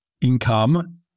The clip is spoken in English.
income